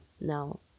Now